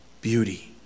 Beauty